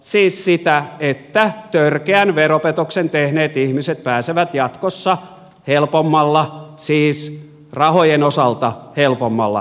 siis sitä että törkeän veropetoksen tehneet ihmiset pääsevät jatkossa helpommalla siis rahojen osalta helpommalla kuin aikaisemmin